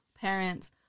parents